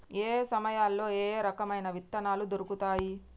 ఏయే సమయాల్లో ఏయే రకమైన విత్తనాలు దొరుకుతాయి?